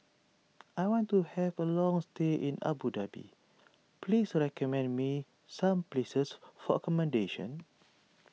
I want to have a long stay in Abu Dhabi please recommend me some places for accommodation